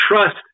trust